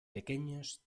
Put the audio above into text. pequeños